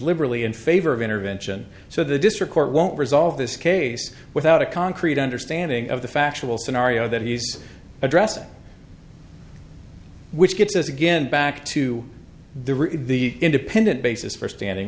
liberally in favor of intervention so the district court won't resolve this case without a concrete understanding of the factual scenario that he's addressing which gets us again back to the independent basis for standing